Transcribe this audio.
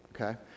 okay